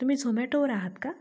तुम्ही झोमॅटोवर आहात का